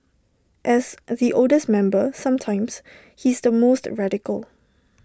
as the oldest member sometimes he's the most radical